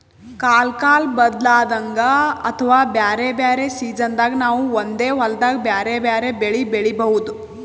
ಕಲ್ಕಾಲ್ ಬದ್ಲಾದಂಗ್ ಅಥವಾ ಬ್ಯಾರೆ ಬ್ಯಾರೆ ಸಿಜನ್ದಾಗ್ ನಾವ್ ಒಂದೇ ಹೊಲ್ದಾಗ್ ಬ್ಯಾರೆ ಬ್ಯಾರೆ ಬೆಳಿ ಬೆಳಿಬಹುದ್